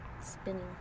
spinning